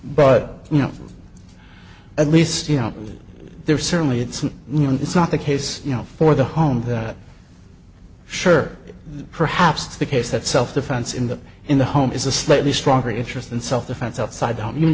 but you know at least you know there's certainly it's not you know it's not the case you know for the home that sure perhaps the case that self defense in that in the home is a slightly stronger interest in self defense outside th